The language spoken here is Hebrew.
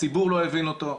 הציבור לא הבין אותו,